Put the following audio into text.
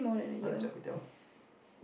Malaysia kway-teow